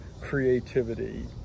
Creativity